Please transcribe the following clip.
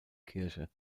kirche